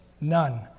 none